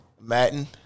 Madden